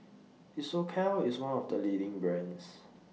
Isocal IS one of The leading brands